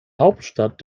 hauptstadt